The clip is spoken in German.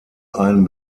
ein